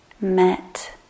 met